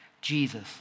Jesus